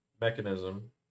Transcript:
mechanism